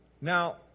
Now